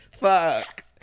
fuck